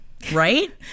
Right